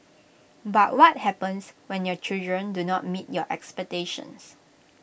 but what happens when your children do not meet your expectations